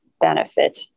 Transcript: benefit